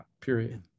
period